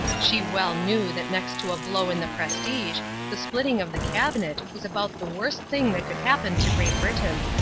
she well knew that next to a blow in the prestige the splitting of the cabinet was about the worst thing that could happen to great britain.